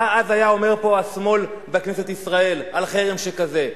מה אז היה אומר פה השמאל בכנסת ישראל על חרם כזה?